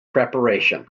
preparation